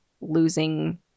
losing